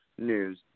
news